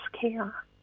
care